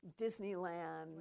Disneyland